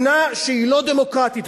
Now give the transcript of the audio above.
אני אגיד לך בדיוק מה ההבדל,